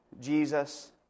Jesus